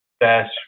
dash